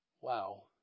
Wow